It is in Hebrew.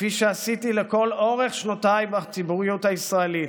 כפי שעשיתי לכל אורך שנותיי בציבוריות הישראלית,